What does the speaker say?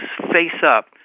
face-up